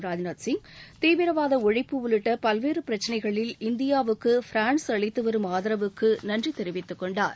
ராஜ்நாத் சிங் தீவிரவாத ஒழிப்பு உள்ளிட்ட பல்வேறு பிரச்சினைகளில் இந்தியாவுக்கு ஃபிரான்ஸ் அளித்து வரும் ஆதரவுக்கு நன்றி தெரிவித்துக் கொண்டார்